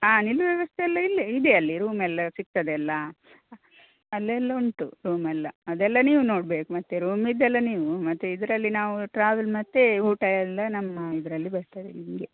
ಹಾಂ ನಿಲ್ಲುವ ವ್ಯವಸ್ಥೆ ಎಲ್ಲ ಇಲ್ಲೆ ಇದೆ ಅಲ್ಲಿ ರೂಮೆಲ್ಲ ಸಿಗ್ತದೆ ಅಲ್ಲಾ ಅಲ್ಲೆಲ್ಲ ಉಂಟು ರೂಮೆಲ್ಲ ಅದೆಲ್ಲ ನೀವು ನೋಡ್ಬೇಕು ಮತ್ತೆ ರೂಮಿದೆಲ್ಲ ನೀವು ಮತ್ತೆ ಇದರಲ್ಲಿ ನಾವು ಟ್ರಾವೆಲ್ ಮತ್ತು ಊಟ ಎಲ್ಲಾ ನಮ್ಮ ಇದರಲ್ಲಿ ಬರ್ತದೆ ನಿಮಗೆ